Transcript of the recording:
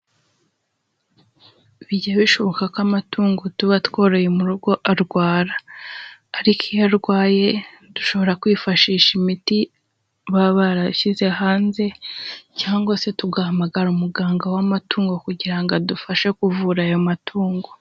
Bijya bishoboka ko amatungo tuba tworoye mu rugo arwara. Ariko iyo arwaye, dushobora kwifashisha imiti baba barashyize hanze, cyangwa se tugahamagara umuganga w'amatungo kugira ngo adufashe kuvura ayo matungo.